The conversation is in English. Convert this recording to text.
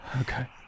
Okay